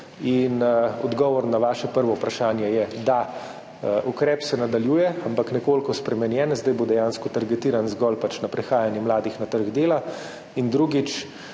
In odgovor na vaše prvo vprašanje je, da, ukrep se nadaljuje, ampak nekoliko spremenjen, zdaj bo dejansko targetiran zgolj pač na prehajanje mladih na trg dela, in drugič,